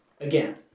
again